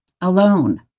alone